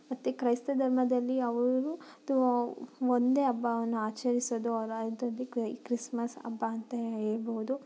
ಮತ್ತು ಕ್ರೈಸ್ತ ಧರ್ಮದಲ್ಲಿ ಅವರು ತು ಒಂದೇ ಹಬ್ಬವನ್ನು ಆಚರಿಸೋದು ಅವರ ಇದರಲ್ಲಿ ಕ್ರೈ ಕ್ರಿಸ್ಮಸ್ ಹಬ್ಬ ಅಂತ ಹೇಳ್ಬೌದು